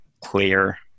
clear